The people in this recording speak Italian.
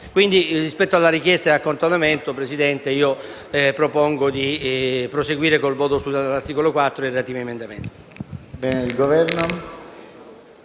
Pertanto, rispetto alla richiesta di accantonamento, signor Presidente, io propongo di proseguire con le votazioni sull'articolo 4 e sui relativi emendamenti.